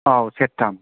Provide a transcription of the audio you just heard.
औ सेरथाम